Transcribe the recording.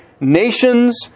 nations